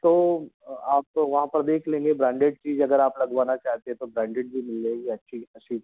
तो आप तो वहाँ पर देख ही लेंगे ब्रांडेड चीज़ अगर आप लगवाना चाहते हैं तो ब्रांडेड भी मिल जाएगी अच्छी ऐसी